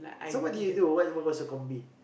so what do you do what what's your combi